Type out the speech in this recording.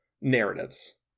narratives